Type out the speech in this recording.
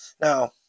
Now